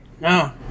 No